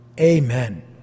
amen